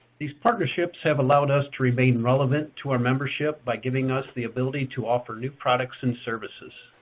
these partnerships have allowed us to remain relevant to our membership by giving us the ability to offer new products and services.